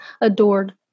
Adored